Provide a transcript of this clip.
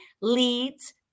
leads